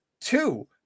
two